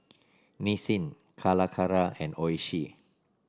Nissin Calacara and Oishi